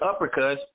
uppercuts